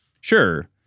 Sure